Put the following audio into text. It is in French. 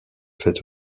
fait